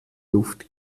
luft